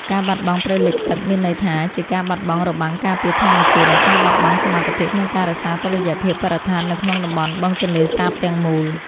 ការបាត់បង់ព្រៃលិចទឹកមានន័យថាជាការបាត់បង់របាំងការពារធម្មជាតិ និងការបាត់បង់សមត្ថភាពក្នុងការរក្សាតុល្យភាពបរិស្ថាននៅក្នុងតំបន់បឹងទន្លេសាបទាំងមូល។